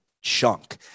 chunk